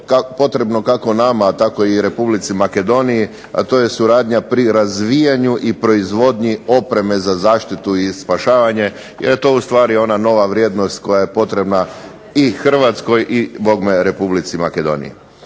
potrebno kako nama, a tako i Republici Makedoniji, a to je suradnja pri razvijanju i proizvodnji opreme za zaštitu i spašavanje, jer je to ustvari ona nova vrijednost koja je potrebna i Hrvatskoj i bogme Republici Makedoniji.